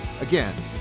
Again